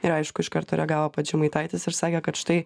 ir aišku iš karto reagavo pats žemaitaitis ir sakė kad štai